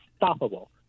unstoppable